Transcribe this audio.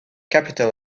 capital